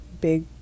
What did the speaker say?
big